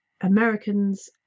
Americans